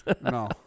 No